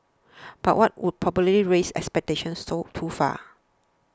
but that would probably raise expectations to too far